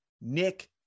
Nick